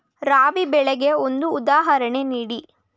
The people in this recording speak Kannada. ರಾಬಿ ಬೆಳೆಗೆ ಒಂದು ಉದಾಹರಣೆ ನೀಡಿ